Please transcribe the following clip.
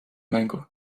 mängu